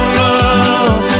love